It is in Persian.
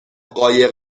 قایق